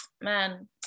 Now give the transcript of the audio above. man